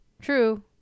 true